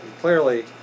clearly